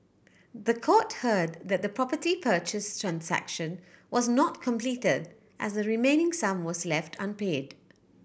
the court heard that the property purchase transaction was not completed as the remaining sum was left unpaid